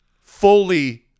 fully